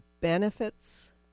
benefits